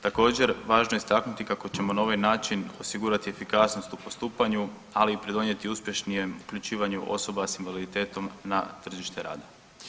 Također važno je istaknuti kako ćemo na ovaj način osigurati efikasnost u postupanju, ali i pridonijeti uspješnijem uključivanju osoba sa invaliditetom na tržište rada.